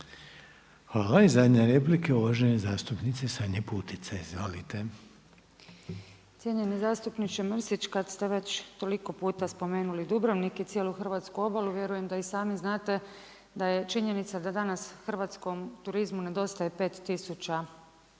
I zadnja replika uvaženi zastupnica Sanja Putica. **Putica, Sanja (HDZ)** Cijenjeni zastupniče Mrsić, kad ste već toliko puta spomenuli Dubrovnik i cijelu hrvatsku obalu, vjerujem da i sami znate da je činjenica da danas hrvatskom turizmu nedostaje 5 tisuća